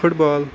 foot بال